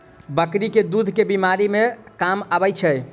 बकरी केँ दुध केँ बीमारी मे काम आबै छै?